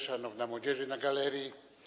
Szanowna Młodzieży na galerii!